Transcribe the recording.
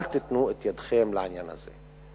אל תיתנו את ידכם לעניין הזה.